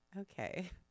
Okay